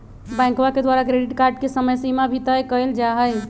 बैंकवा के द्वारा क्रेडिट कार्ड के समयसीमा भी तय कइल जाहई